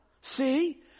See